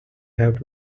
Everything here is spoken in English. have